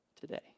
today